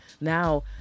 now